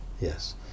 Yes